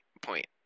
Point